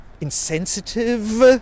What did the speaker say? insensitive